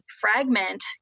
fragment